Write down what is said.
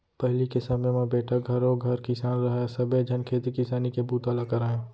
पहिली के समे म बेटा घरों घर किसान रहय सबे झन खेती किसानी के बूता ल करयँ